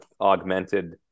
augmented